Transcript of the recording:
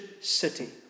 city